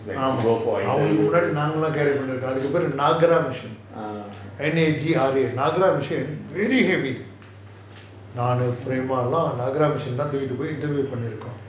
when she go for interview to ah